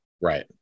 Right